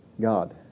God